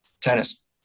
Tennis